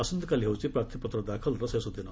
ଆସନ୍ତାକାଲି ହେଉଛି ପ୍ରାର୍ଥୀପତ୍ର ଦାଖଲର ଶେଷ ଦିନ